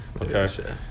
okay